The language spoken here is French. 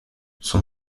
son